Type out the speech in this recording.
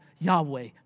Yahweh